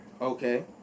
Okay